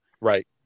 Right